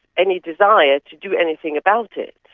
any desire to do anything about it.